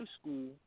school